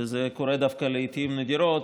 וזה קורה דווקא לעיתים נדירות,